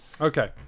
Okay